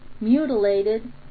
mutilated